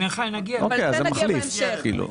נגיע לזה בהמשך.